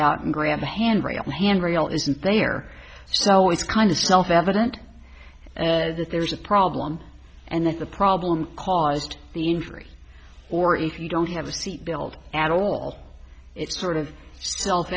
out and grab the handrail hand rail isn't there so it's kind of self evident that there's a problem and that the problem caused the injury or even don't have a seat belt at all it's sort of self